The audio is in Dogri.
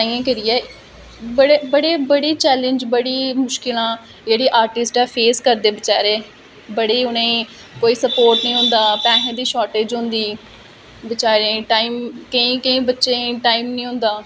ताहियैं करियै बडे़ बडे़ चैलेंज बड़ी मुश्कलां जेहड़ी आर्टिस्ट फेस करदा ऐ बेचारे बड़ी उनें कोई स्पोट नेई होंदा पैसे दी शार्टेज होंदी बेचारे गी टाइम केंई केंई बच्चे गी टाइम नेईं होंदा